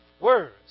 words